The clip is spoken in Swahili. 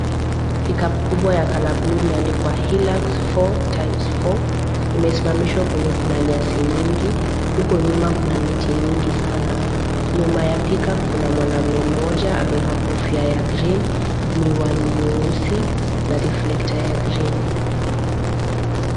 Pickup kubwa ya colour blue imeandikwa hilux 4*4 imesimamishwa penye kuna nyasi nyingi huku nyuma kuna miti mingi sana. Nyuma ya pickup kuna mwanamume mmoja amevaa kofia ya green, miwani nyeusi na reflector ya green .